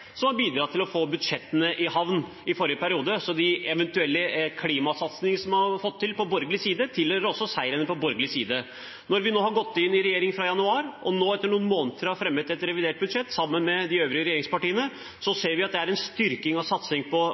til å få budsjettene i havn i forrige periode, så de eventuelle klimasatsingene som man har fått til på borgerlig side, tilhører også seirene på borgerlig side. Når vi nå har gått inn i regjering – i januar – og nå, etter noen måneder, har fremmet et revidert budsjett sammen med de øvrige regjeringspartiene, ser vi at det er en styrking av